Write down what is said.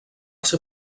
ser